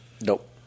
Nope